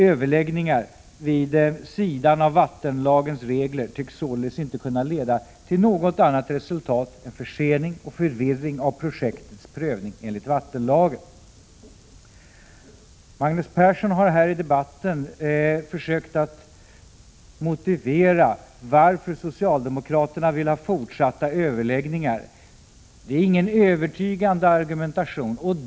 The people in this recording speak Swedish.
Överläggningar vid sidan av vattenlagens regler tycks således inte kunna leda till något annat resultat än försening och förvirring av projektets prövning enligt vattenlagen. Magnus Persson har här i debatten försökt att motivera varför socialdemokraterna vill ha fortsatta överläggningar. Men det är ingen övertygande argumentation.